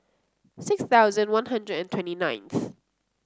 six thousand One Hundred and twenty ninth